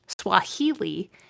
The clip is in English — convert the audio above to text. Swahili